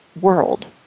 world